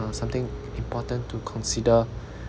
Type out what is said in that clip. uh something important to consider